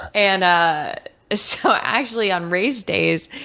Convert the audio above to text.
and ah so actually, on race days,